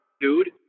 dude